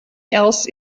else